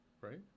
right